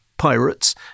pirates